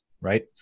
Right